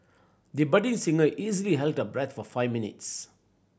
the budding singer easily held her breath for five minutes